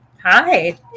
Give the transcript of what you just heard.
Hi